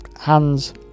hands